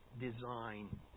design